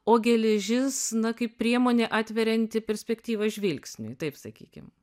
o geležis na kaip priemonė atverianti perspektyva žvilgsniui taip sakykim